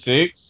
Six